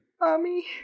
Mommy